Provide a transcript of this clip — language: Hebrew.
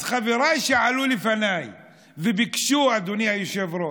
אז חבריי שעלו לפניי וביקשו, אדוני היושב-ראש,